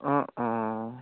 অঁ অঁ